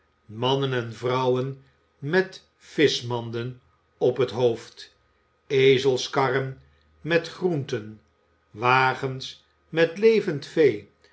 mannen en vrouwen met vischmanden op het hoofd ezelskarren met groenten wagens met levend vee